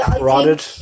rotted